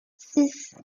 six